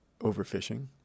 overfishing